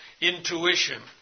intuition